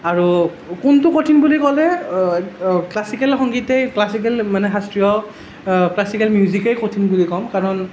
আৰু কোনটো কঠিন বুলি ক'লে ক্লাছিকেল সংগীতেই ক্লাছিকেল মানে শাস্ত্ৰীয় ক্লাছিকেল মিউজিকেই কঠিন বুলি ক'ম কাৰণ